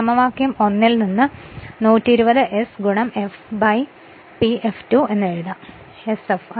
സമവാക്യം 1 ൽ നിന്ന് 120 s f P f2 എന്നും എഴുതാം sf